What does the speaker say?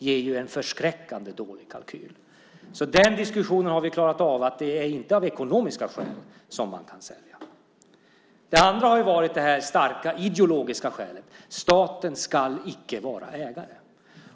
Det visar på en förskräckande dålig kalkyl. Den diskussionen har vi alltså klarat; det är inte av ekonomiska skäl man kan sälja. Det andra har varit det starka ideologiska skälet, alltså att staten icke ska vara ägare.